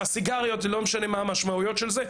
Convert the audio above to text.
גם הסיגריות, לא משנה מה המשמעויות של זה.